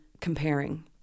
comparing